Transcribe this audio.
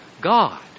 God